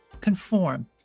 conform